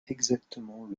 exactement